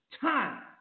time